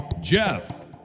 Jeff